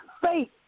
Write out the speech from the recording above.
Faith